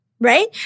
Right